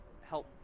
help